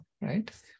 right